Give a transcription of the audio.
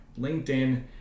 LinkedIn